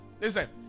Listen